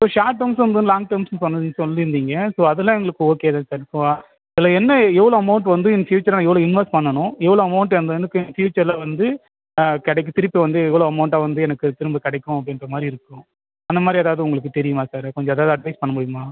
so short டேர்ம்ஸும் உண்டு long டேர்ம்ஸும் சொல்லியிருந்திங்க ஸோ அதெல்லாம் எங்களுக்கு ஓகே தான் சார் இப்போது அதில் என்ன எவ்வளோ அமௌண்ட் வந்து இன் ஃபியூச்சர் நான் எவ்வளோ இன்வெஸ்ட் பண்ணணும் எவ்வளோ அமௌண்ட் எனக்கு வந்து இன் ஃபியூச்சரில் வந்து கிடைக்கும் திருப்பி வந்து எவ்வளோ அமௌண்ட்டாக வந்து எனக்கு திரும்ப கிடைக்கும் அப்படின்ற மாதிரி இருக்கும் அந்த மாதிரி எதாவது உங்களுக்கு தெரியுமா சார் கொஞ்சம் எதாவது அட்வைஸ் பண்ண முடியுமா